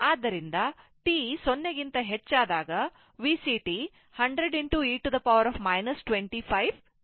ಆದ್ದರಿಂದ t 0 ಗಿಂತ ಹೆಚ್ಚಾದಾಗ VCt 100 e 25 t ಆಗಿರುತ್ತದೆ